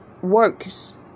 works